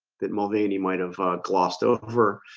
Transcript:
that mulvaney might have glossed over